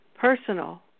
personal